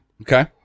Okay